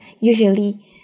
usually